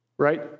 Right